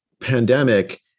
pandemic